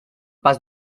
pas